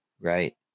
right